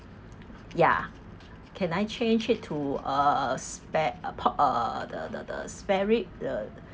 ya can I change it to uh spare uh pork uh the the the spare rib